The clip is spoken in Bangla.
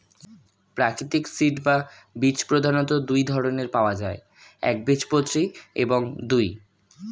প্রাকৃতিক সিড বা বীজ প্রধানত দুই ধরনের পাওয়া যায় একবীজপত্রী এবং দুই